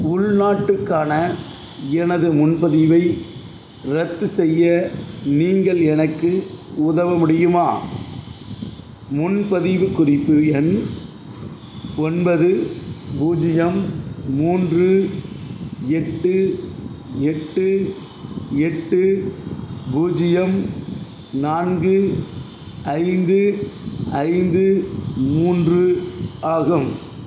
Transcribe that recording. உள்நாட்டுக்கான எனது முன்பதிவை ரத்து செய்ய நீங்கள் எனக்கு உதவ முடியுமா முன்பதிவு குறிப்பு எண் ஒன்பது பூஜ்ஜியம் மூன்று எட்டு எட்டு எட்டு பூஜ்ஜியம் நான்கு ஐந்து ஐந்து மூன்று ஆகும்